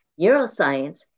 neuroscience